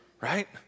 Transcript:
right